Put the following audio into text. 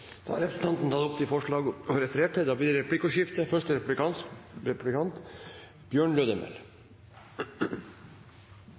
Da har representanten Heidi Greni tatt opp de forslag hun refererte til. Det blir replikkordskifte.